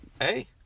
Hey